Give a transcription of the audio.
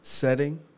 Setting